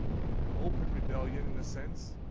an open rebellion in a sense.